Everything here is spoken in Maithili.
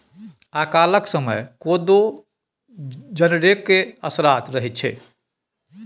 अकालक समय कोदो जनरेके असरा रहैत छै